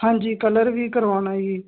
ਹਾਂਜੀ ਕਲਰ ਵੀ ਕਰਵੋਣਾ ਜੀ